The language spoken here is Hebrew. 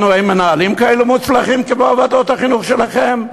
לנו אין מנהלים כאלה מוצלחים כמו ועדות החינוך שלכם?